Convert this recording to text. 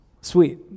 Sweet